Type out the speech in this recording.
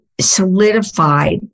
solidified